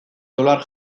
dolar